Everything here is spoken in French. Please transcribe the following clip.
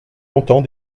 longtemps